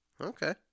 Okay